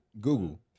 Google